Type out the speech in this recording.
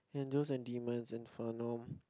Angels and Demons Inferno